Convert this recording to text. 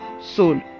soul